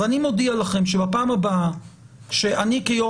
ואני מודיע לכם שבפעם הבאה שאני כיו"ר